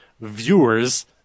viewers